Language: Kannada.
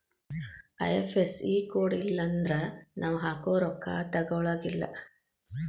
ಐ.ಎಫ್.ಎಸ್.ಇ ಕೋಡ್ ಇಲ್ಲನ್ದ್ರ ನಾವ್ ಹಾಕೊ ರೊಕ್ಕಾ ತೊಗೊಳಗಿಲ್ಲಾ